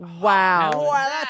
Wow